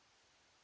Grazie,